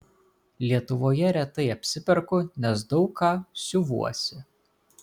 lietuvoje retai apsiperku nes daug ką siuvuosi